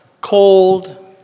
cold